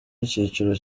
icyiciro